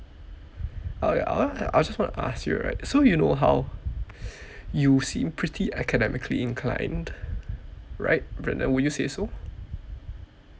oh yeah I'll uh I just want to ask you right so you know how you seem pretty academically inclined right brandon wouldn't you say so